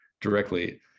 directly